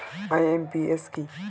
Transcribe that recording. IMPS কি?